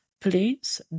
Please